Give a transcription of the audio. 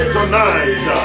Tonight